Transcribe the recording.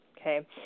Okay